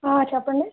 చెప్పండి